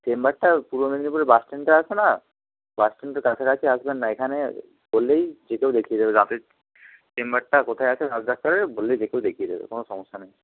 চেম্বারটা পূর্ব মেদিনীপুরের বাস স্ট্যান্ডটা আছে না বাস স্ট্যান্ডের কাছাকাছি আসবেন না এখানে বললেই যে কেউ দেখিয়ে দেবে দাঁতের চেম্বারটা কোথায় আছে দাঁতের ডাক্তারের বললেই যে কেউ দেখিয়ে দেবে কোনো সমস্যা নেই